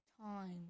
time